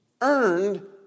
earned